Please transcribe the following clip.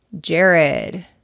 Jared